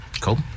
Cool